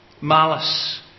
Malice